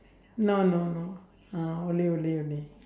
no no no uh olay olay only